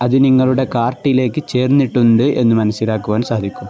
അത് നിങ്ങളുടെ കാർട്ടിലേക്ക് ചേർന്നിട്ടുണ്ട് എന്ന് മനസ്സിലാക്കുവാൻ സാധിക്കും